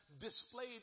displayed